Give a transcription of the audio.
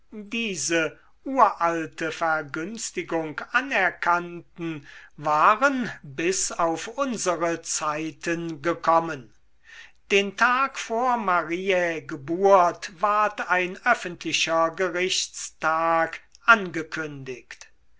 diese uralte vergünstigung anerkannten waren bis auf unsere zeiten gekommen den tag vor mariä geburt ward ein öffentlicher gerichtstag angekündigt